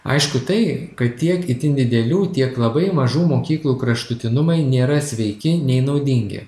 aišku tai kad tiek itin didelių tiek labai mažų mokyklų kraštutinumai nėra sveiki nei naudingi